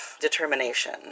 determination